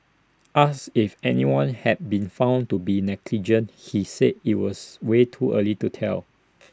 asked if anyone had been found to be negligent he said IT was way too early to tell